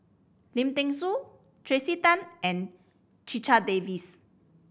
Lim Thean Soo Tracey Tan and Checha Davies